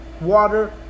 water